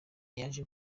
yaje